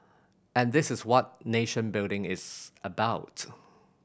and this is what nation building is about